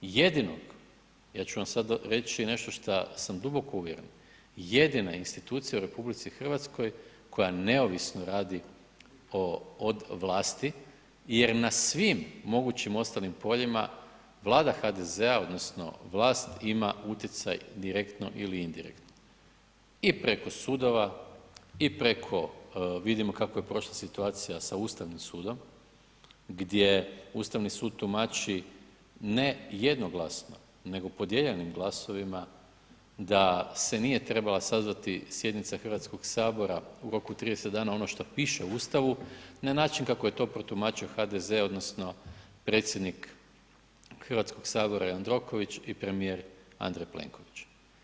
Jedino, ja ću vam sad reći i nešto šta sam duboko uvjeren, jedina institucija u RH koja neovisno radi od vlasti jer na svim mogućim ostalim poljima Vlada HDZ-a, odnosno vlast ima utjecaj direktno ili indirektno i preko sudova i preko vidimo kako je prošla situacija sa Ustavnim sudom, gdje Ustavni sud tumači ne jednoglasno nego podijeljenim glasovima da se nije trebala sazvati sjednica Hrvatskog sabora u roku od 30 dana ono što piše u Ustavu na način kako je to protumačio HDZ odnosno predsjednik Hrvatskog sabora Jandroković i premijer Andrej Plenković.